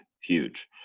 huge